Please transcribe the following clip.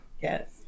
Yes